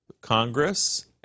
Congress